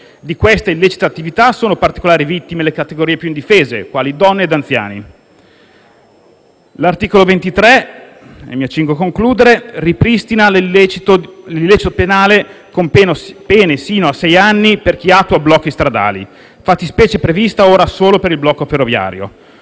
Di questa illecita attività sono particolari vittime le categorie più indifese, quali donne ed anziani. L'articolo 23 ripristina l'illecito penale con pene sino a sei anni per chi attua blocchi stradali, fattispecie prevista ora solo per il blocco ferroviario.